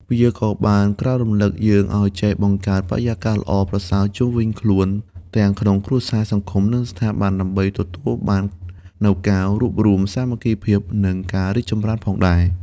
វាក៏បានក្រើនរំលឹកយើងឱ្យចេះបង្កើតបរិយាកាសល្អប្រសើរជុំវិញខ្លួន ទាំងក្នុងគ្រួសារ សង្គម និងស្ថាប័ន ដើម្បីទទួលបាននូវការរួបរួម សាមគ្គីភាព និងការរីកចម្រើនផងដែរ។